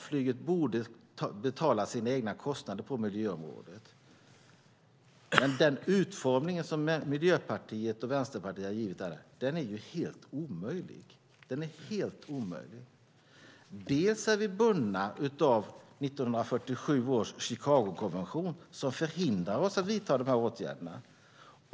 Flyget borde betala sina egna kostnader på miljöområdet. Den utformning Miljöpartiet och Vänsterpartiet har givit detta är dock helt omöjlig. Vi är bundna av 1947 års Chicagokonvention, som förhindrar oss att vidta dessa åtgärder.